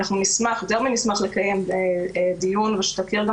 אנחנו נשמח מאוד לקיים דיון ושתכיר גם